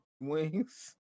wings